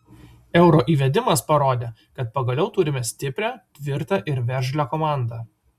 euro įvedimas parodė kad pagaliau turime stiprią tvirtą ir veržlią komandą